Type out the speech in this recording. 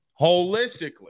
holistically